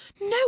No